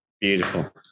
Beautiful